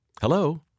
Hello